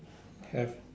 have